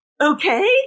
Okay